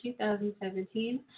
2017